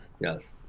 yes